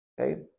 okay